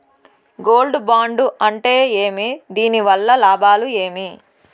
Gold bond అంటే ఏమి? దీని వల్ల లాభాలు ఏమి?